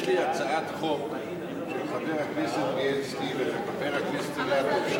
יש לי הצעת חוק של חבר הכנסת בילסקי וחבר הכנסת אילטוב,